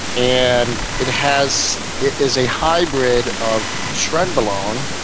and it has it is a hybrid of trenbolone,